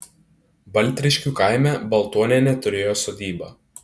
baltriškių kaime baltuonienė turėjo sodybą